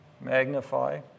Magnify